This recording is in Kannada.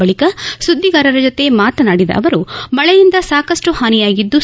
ಬಳಕ ಸುದ್ಗಾರರ ಜೊತೆ ಮಾತನಾಡಿದ ಅವರು ಮಳೆಯಿಂದ ಸಾಕಷ್ಟು ಹಾನಿಯಾಗಿದ್ಲು